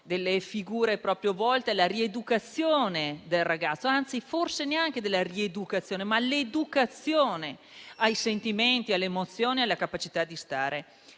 figure volte alla rieducazione del ragazzo, forse neanche alla rieducazione, ma all'educazione ai sentimenti, alle emozioni e alla capacità di stare